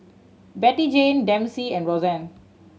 Bettyjane Dempsey and Roxann